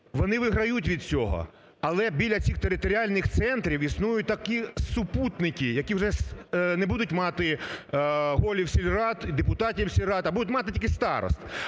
вони виграють від цього, але біля цих територіальних центрів існують такі супутники, які вже не будуть мати голів сільрад і депутатів сільрад, а будуть тільки старост.